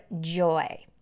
joy